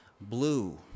blue